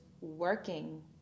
working